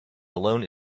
alone